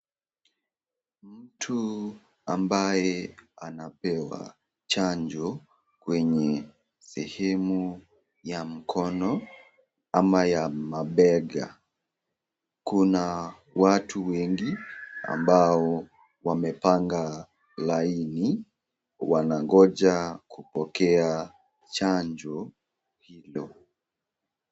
Mtu ambaye anapewa chanjo kwenye sehemu ya mkono ama ya mabega kuna watu wengi ambao wamepanga laini, wanangoja kupokea chanjo hilo.